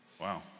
Wow